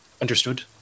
Understood